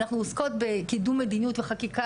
אנחנו עוסקות בקידום מדיניות וחקיקה,